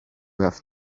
have